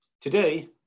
today